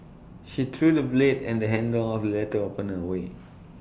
she threw the blade and the handle of letter opener away